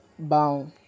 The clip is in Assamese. বাঁও